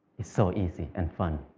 it's so easy and fun.